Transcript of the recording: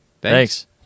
Thanks